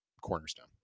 cornerstone